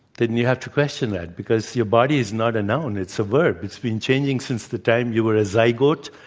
then you have to question that, because your body is not a noun. it's a verb. it's been changing since the time you were a zygote,